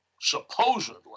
supposedly